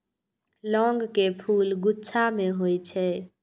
लौंग के फूल गुच्छा मे होइ छै